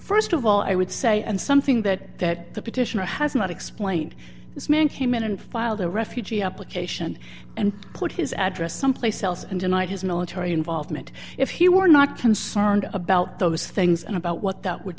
believable st of all i would say and something that the petitioner has not explained this man came in and filed a refugee application and put his address someplace else and tonight his military involvement if he were not concerned about those things and about what that would